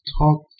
talk